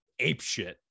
apeshit